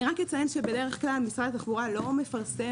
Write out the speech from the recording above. אני רק אציין שבדרך כלל משרד התחבורה לא מפרסם